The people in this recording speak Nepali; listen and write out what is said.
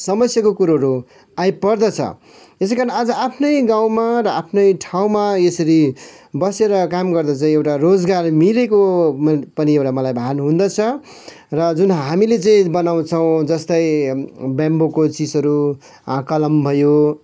समस्याको कुराहरू आइपर्दछ त्यसै कारण आज आफ्नै गाँउमा र आफ्नै ठाँउमा यसरी बसेर काम गर्दा चाहिँ एउटा रोजगार मिलेको पनि मलाई एउटा भान हुँदछ र जुन हामीले जे बनाउँछौँ जस्तै ब्याम्बोको चिजहरू कलम भयो